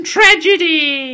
Tragedy